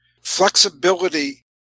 flexibility